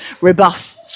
rebuff